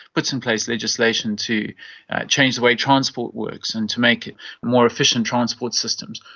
puts in place legislation to change the way transport works and to make more efficient transport systems,